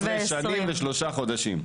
שנים ושלושה חודשים.